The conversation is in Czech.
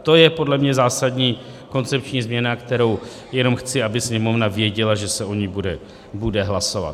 To je podle mě zásadní koncepční změna, kterou jenom chci, aby Sněmovna věděla, že se o ní bude hlasovat.